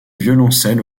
violoncelle